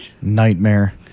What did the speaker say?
Nightmare